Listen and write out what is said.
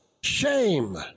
shame